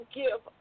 give